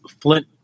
Flint